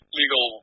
legal